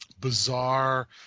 bizarre